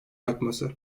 artması